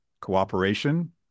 cooperation